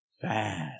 fast